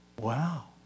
wow